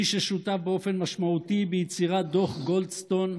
מי ששותף באופן משמעותי ביצירת דוח גולדסטון,